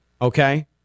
okay